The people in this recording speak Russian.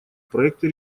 проекты